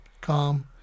calm